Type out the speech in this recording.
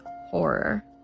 Horror